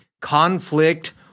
Conflict